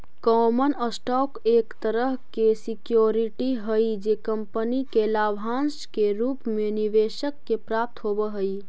common stock एक तरह के सिक्योरिटी हई जे कंपनी के लाभांश के रूप में निवेशक के प्राप्त होवऽ हइ